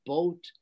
Boat